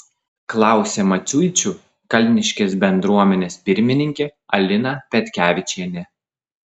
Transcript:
klausė maciuičių kalniškės bendruomenės pirmininkė alina petkevičienė